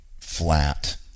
flat